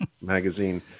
magazine